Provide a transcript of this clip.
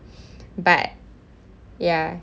but ya